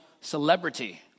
celebrity